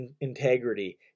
integrity